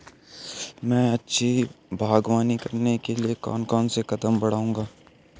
मैं अच्छी बागवानी करने के लिए कौन कौन से कदम बढ़ाऊंगा?